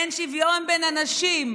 אין שוויון בין אנשים.